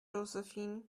josephine